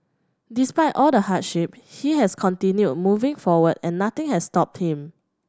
despite all the hardship he has continued moving forward and nothing has stopped him